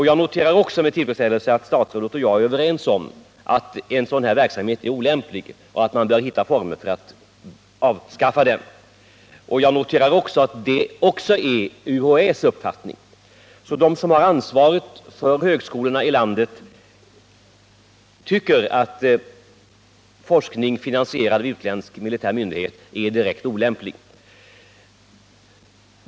Jag noterar också med tillfredsställelse att statsrådet och jag är överens om att sådan här verksamhet är olämplig och att man bör finna former för att avskaffa den. Jag noterar vidare att detta också är UHÄ:s uppfattning. De som har ansvaret för högskolorna i landet tycker alltså att forskning finansierad av utländsk militär är direkt olämplig.